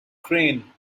crane